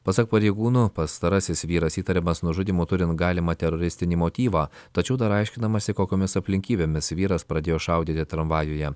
pasak pareigūnų pastarasis vyras įtariamas nužudymu turint galimą teroristinį motyvą tačiau dar aiškinamasi kokiomis aplinkybėmis vyras pradėjo šaudyti tramvajuje